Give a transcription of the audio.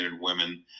women